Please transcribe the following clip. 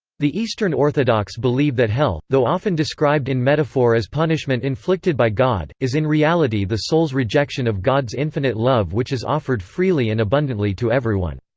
the eastern orthodox believe that hell, though often described in metaphor as punishment inflicted by god, is in reality the soul's rejection of god's infinite love which is offered freely and abundantly to everyone.